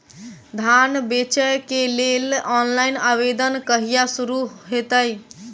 धान बेचै केँ लेल ऑनलाइन आवेदन कहिया शुरू हेतइ?